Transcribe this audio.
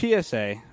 PSA